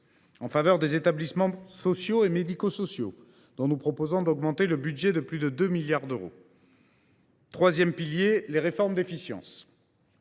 en faveur des établissements sociaux et médico sociaux, dont nous proposons d’accroître le budget de plus de 2 milliards d’euros. Le troisième pilier est constitué par les réformes d’efficience.